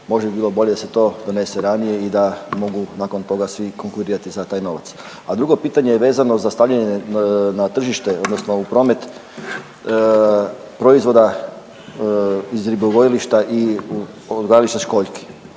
Možda bi bilo bolje da se to donese ranije i da mogu nakon toga svi konkurirati za taj novac. A drugo pitanje je vezano za stavljanje na tržište odnosno u promet proizvoda iz ribogojilišta i uzgajališta školjki.